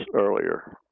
earlier